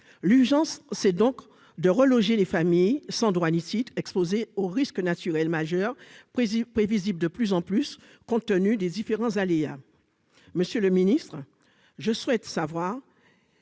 l'urgence c'est donc de reloger les familles sans droit licite exposées aux risques naturels majeurs prévisible, prévisible, de plus en plus, compte tenu des différents aléas, monsieur le ministre, je souhaite savoir